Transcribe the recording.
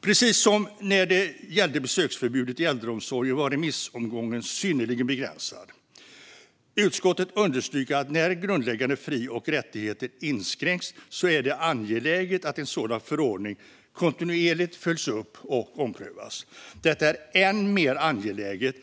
Precis som för besöksförbudet i äldreomsorgen var tiden för remissomgången synnerligen begränsad. Utskottet understryker att när grundläggande fri och rättigheter inskränks är det angeläget att en sådan förordning kontinuerligt följs upp och omprövas. Detta är än mer angeläget